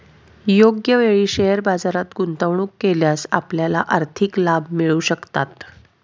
योग्य वेळी शेअर बाजारात गुंतवणूक केल्यास आपल्याला आर्थिक लाभ मिळू शकतात